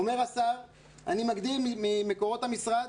אומר השר: אני מגדיל ממקורות המשרד,